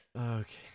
Okay